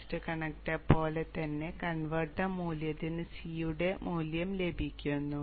BOOST connector പോലെ തന്നെ converter മൂല്യത്തിന് C യുടെ മൂല്യം ലഭിക്കുന്നു